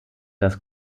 das